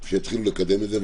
שיתחילו לקדם את זה.